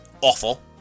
awful